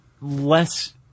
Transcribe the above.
less